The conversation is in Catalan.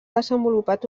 desenvolupat